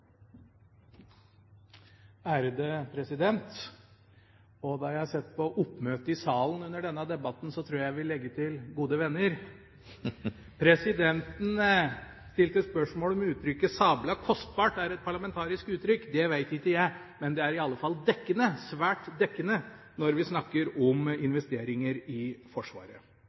Ærede president – og når jeg ser på oppmøtet i salen under denne debatten, tror jeg jeg vil legge til – og gode venner! Presidenten stilte spørsmål ved om uttrykket «sabla kostbart» er et parlamentarisk uttrykk. Det veit ikke jeg, men det er i alle fall dekkende – svært dekkende – når vi snakker om investeringer i Forsvaret.